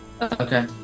Okay